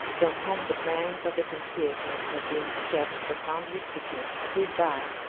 from whom the plans of the conspirators had been kept profoundly secret, stood by,